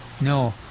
No